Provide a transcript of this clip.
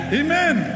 amen